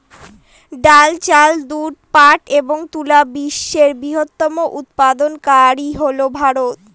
ডাল, চাল, দুধ, পাট এবং তুলা বিশ্বের বৃহত্তম উৎপাদনকারী হল ভারত